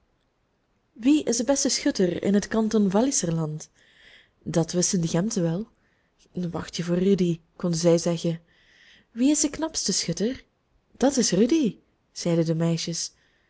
wie is de beste schutter in het kanton walliserland dat wisten de gemzen wel wacht je voor rudy konden zij zeggen wie is de knapste schutter dat is rudy zeiden de meisjes